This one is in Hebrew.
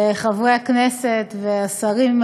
חברי הכנסת, והשרים,